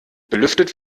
belüftet